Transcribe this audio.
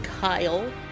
Kyle